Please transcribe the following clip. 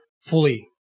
fully